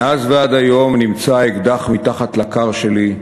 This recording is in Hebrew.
מאז ועד היום נמצא האקדח מתחת לכר שלי,